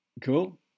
Cool